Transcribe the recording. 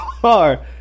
far